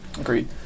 Agreed